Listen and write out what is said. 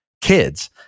kids